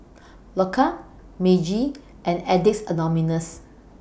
Loacker Meiji and Addicts Anonymous